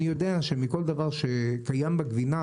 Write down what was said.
אני יודע שמכל דבר שקיים בגבינה